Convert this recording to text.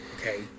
Okay